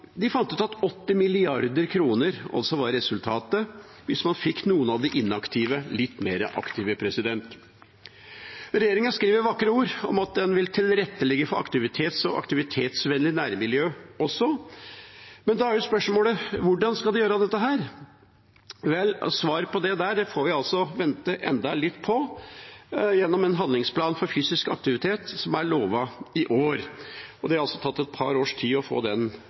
og fant ut at 80 mrd. kr var resultatet hvis man fikk noen av de inaktive til å bli litt mer aktive. Regjeringa skriver vakre ord om at en vil tilrettelegge for aktivitet og aktivitetsvennlige nærmiljø. Da er spørsmålet: Hvordan skal man gjøre dette? Vel, svaret på det får vi vente enda litt på, gjennom en handlingsplan for fysisk aktivitet som er lovet i år. Det har tatt et par års tid å få den